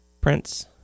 prints